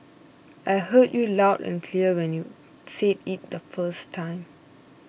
I heard you loud and clear when you said it the first time